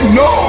no